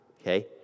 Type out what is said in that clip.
Okay